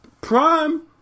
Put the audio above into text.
prime